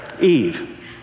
Eve